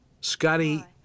Scotty